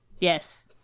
yes